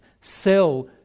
sell